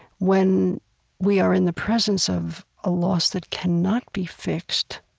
when we are in the presence of a loss that cannot be fixed,